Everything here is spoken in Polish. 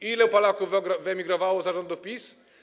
Ilu Polaków wyemigrowało za rządów PiS?